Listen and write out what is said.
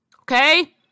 Okay